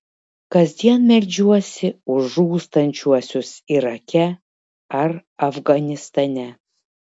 kasdien meldžiuosi už žūstančiuosius irake ar afganistane